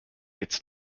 its